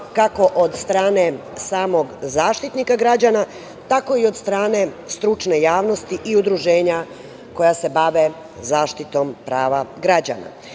kako od strane samog Zaštitnika građana tako i od strane stručne javnosti i udruženja koja se bave zaštitom prava građana. Još